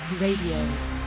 Radio